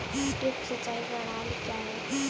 Drip सिंचाई प्रणाली क्या है?